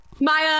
Maya